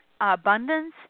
abundance